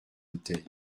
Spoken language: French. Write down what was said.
bouteille